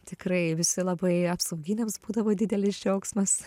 tikrai visi labai apsauginiams būdavo didelis džiaugsmas